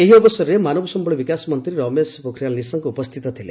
ଏହି ଅବସରରେ ମାନବ ସମ୍ଘଳ ବିକାଶ ମନ୍ତ୍ରୀ ରମେଶ ପୋଖରିଆଲ୍ ନିଶଙ୍କ ଉପସ୍ଥିତ ଥିଲେ